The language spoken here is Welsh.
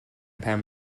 pen